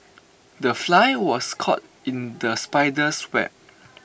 the fly was caught in the spider's web